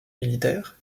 militaire